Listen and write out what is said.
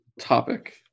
topic